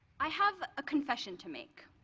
i have a confession to make.